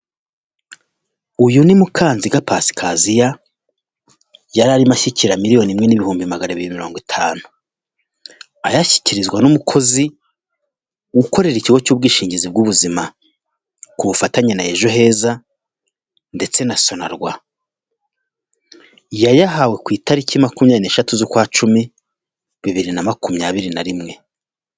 Uyu ni Mukanziga Pasikaziya yari arimo ashyikira miliyoni imwe n'ibihumbi magana biri na mirongo itanu, ayashyikirizwa n'umukozi ukorera ikigo cy'ubwishingizi bw'ubuzima, ku bufatanye na ejo heza ndetse na sonarwa. Yayahawe ku itariki 23/10/2021.